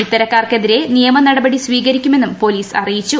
ഇത്തരക്കാർക്കെതിരെ നിയമനടപടി സ്വീകരി ക്കുമെന്നും പോലീസ് അറിയിച്ചു